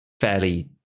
fairly